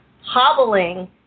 hobbling